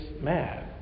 mad